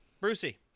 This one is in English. Brucey